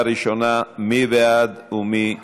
מי בעד ומי נגד?